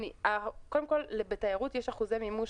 קודם כל, בתיירות יש אחוזי מימוש.